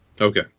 Okay